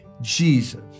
Jesus